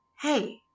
Hey